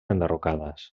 enderrocades